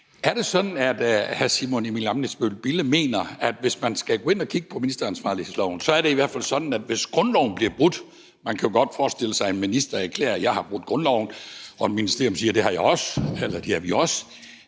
gange: Mener hr. Simon Emil Ammitzbøll-Bille, at hvis man skal gå ind og kigge på ministeransvarlighedsloven, så er det i hvert fald sådan, at hvis grundloven bliver brudt – man kan godt forestille sig en minister erklære, at vedkommende har brudt grundloven, og at man i et ministerium siger, at det har de også – så er det for hr.